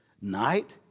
night